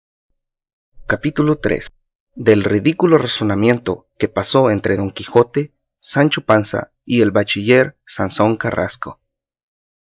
capítulo iii del ridículo razonamiento que pasó entre don quijote sancho panza y el bachiller sansón carrasco